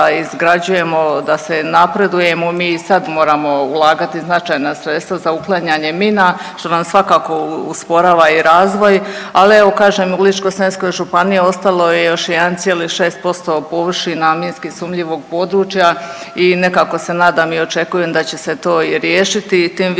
da se napredujemo, mi i sad moramo ulagati značajna sredstva za uklanjanje mina, što vam svakako usporava i razvoj, ali evo, kažem, u Ličko-senjskoj županiji ostalo je još 1,6% površina minski sumnjivog područja i nekako se nadam i očekujem da će se to i riješiti. Tim više